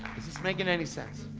this making any sense?